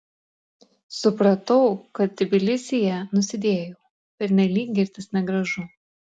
supratau kad tbilisyje nusidėjau pernelyg girtis negražu